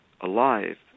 alive